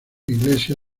iglesia